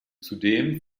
zudem